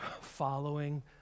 following